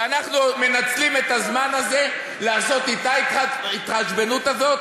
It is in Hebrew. ואנחנו מנצלים את הזמן הזה לעשות אתה את ההתחשבנות הזאת.